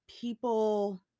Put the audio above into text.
people